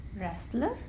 wrestler